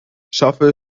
schaffe